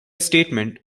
statement